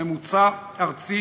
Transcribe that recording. ממוצע ארצי,